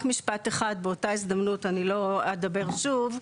רק משפט אחד, באותה הזדמנות, אני לא אדבר שוב.